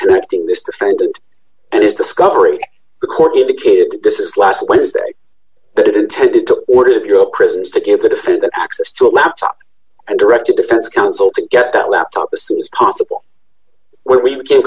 connecting this defendant and his discovery the court indicated this d is last wednesday that it intended to order bureau of prisons to give the defendant access to a laptop and directed defense counsel to get that laptop a seems possible when we became